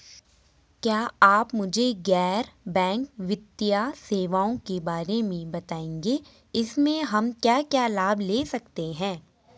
क्या आप मुझे गैर बैंक वित्तीय सेवाओं के बारे में बताएँगे इसमें हम क्या क्या लाभ ले सकते हैं?